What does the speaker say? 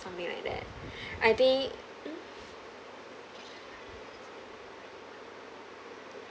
something like that I think